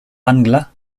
angla